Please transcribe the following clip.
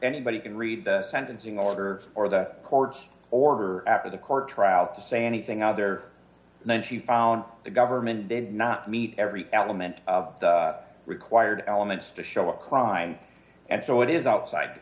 anybody can read the sentencing order or the court's order after the court trial to say anything other than she found the government did not meet every element of the required elements to show a crime and so it is outside